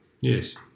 Yes